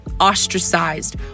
ostracized